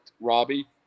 Robbie